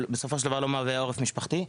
אבל בסופו של דבר לא מהווה עורף משפחתי.